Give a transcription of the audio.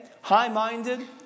high-minded